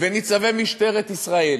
וניצבי משטרת ישראל